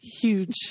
Huge